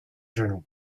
genoux